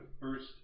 first